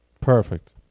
Perfect